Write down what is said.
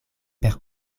per